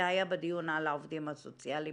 זה היה בדיון על העובדים הסוציאליים